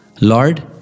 Lord